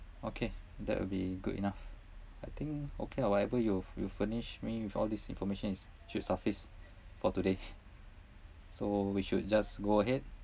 okay that will be good enough I think okay lah whatever you you furnish me with all these information should suffice for today so we should just go ahead